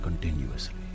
continuously